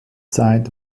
zeit